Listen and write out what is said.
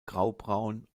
graubraun